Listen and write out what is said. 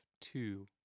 two